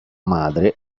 madre